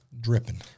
Dripping